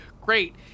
great